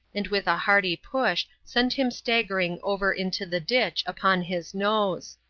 and with a hearty push sent him staggering over into the ditch upon his nose.